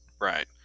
right